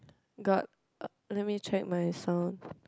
got let me check my sound